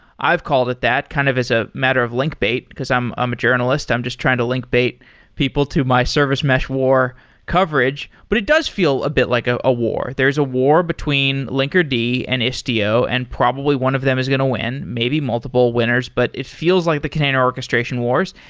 i've called it that kind of as a matter of linkbait, because i'm um a journalist. i'm just trying to linkbait people to my service mesh war coverage, but it does feel a bit like a a war. there's a war between linkerd and istio and probably one of them is going to win, maybe multiple winners. but it feels like the container orchestration wars.